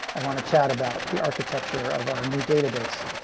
i want to chat about the architecture of our new database.